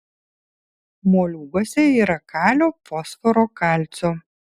moliūguose yra kalio fosforo kalcio